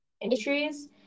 industries